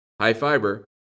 high-fiber